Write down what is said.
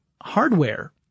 hardware